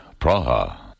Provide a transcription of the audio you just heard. Praha